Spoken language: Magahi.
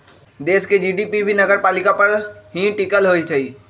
देश के जी.डी.पी भी नगरपालिका पर ही टिकल होई छई